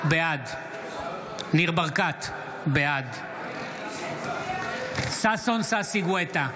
בעד ניר ברקת, בעד ששון ששי גואטה,